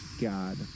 God